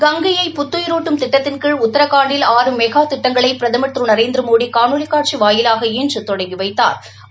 கங்கையை புத்துயிரூட்டும் திட்டத்தின் கீழ் உத்ரகாண்டில் ஆறு மெகா திட்டங்களை பிரதம் திரு நரேந்திரமோடி காணொலி காட்சி வாயிலாக இன்று தொடங்கி வைத்தாா்